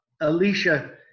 Alicia